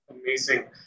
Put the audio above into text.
Amazing